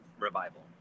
revival